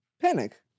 Panic